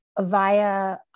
via